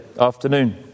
afternoon